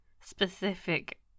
specific